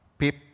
Pip